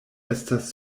estas